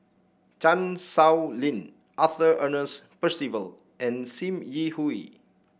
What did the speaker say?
Chan Sow Lin Arthur Ernest Percival and Sim Yi Hui